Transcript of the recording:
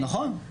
נכון.